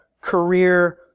career